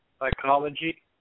psychology